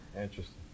Interesting